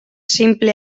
sinple